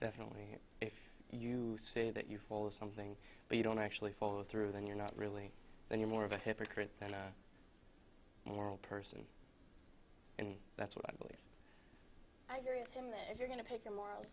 definitely if you say that you follow something but you don't actually follow through then you're not really then you're more of a hypocrite than a moral person and that's what i believe i'm curious if you're going to pick a moral